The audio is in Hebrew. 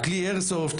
הכלי איירסופט,